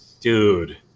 Dude